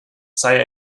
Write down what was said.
sei